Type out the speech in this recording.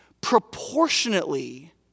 proportionately